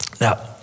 Now